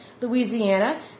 Louisiana